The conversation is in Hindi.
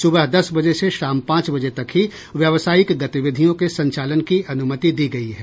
सुबह दस बजे से शाम पांच बजे तक ही व्यवसायिक गतिविधियों के संचालन की अनुमति दी गयी है